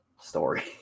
story